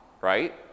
right